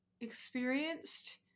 experienced